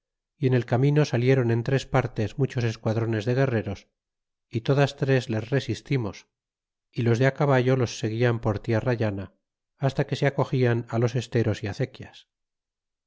y en el camino salieron en tres partes muchos esquadrones de guerreros y todas tres les resistimos y los de á caballo los seguian por tierra llana hasta que se acogian á los esteros é acequias